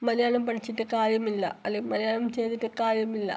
മലയാളം പഠിച്ചിട്ട് കാര്യമില്ല അല്ലെങ്കിൽ മലയാളം ചെയ്തിട്ട് കാര്യമില്ല